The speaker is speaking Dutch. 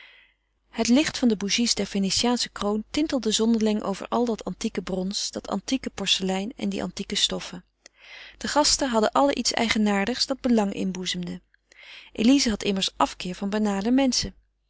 het licht van de bougies der venetiaansche kroon tintelde zonderling over al dat antieke brons dat antieke porcelein en die antieke stoffen de gasten hadden allen iets eigenaardigs dat belang inboezemde elize had immers afkeer van banale menschen